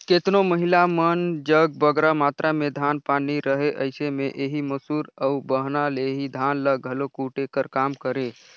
केतनो महिला मन जग बगरा मातरा में धान पान नी रहें अइसे में एही मूसर अउ बहना ले ही धान ल घलो कूटे कर काम करें